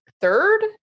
third